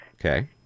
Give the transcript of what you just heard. Okay